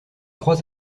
trois